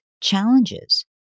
challenges